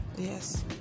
yes